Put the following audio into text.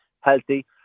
healthy